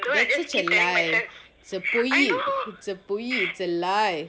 that's such a lie it's a பொய்:poi it's பொய்:poi it's a lie